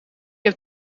heb